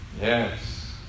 Yes